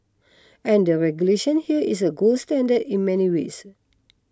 and the regulation here is a gold standard in many ways